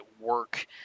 work